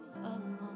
alone